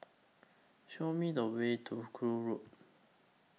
Show Me The Way to Gul Road